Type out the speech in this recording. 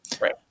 Right